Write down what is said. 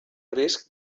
risc